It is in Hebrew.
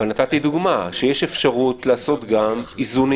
אבל נתתי דוגמה שיש אפשרות לעשות איזונים